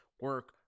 Work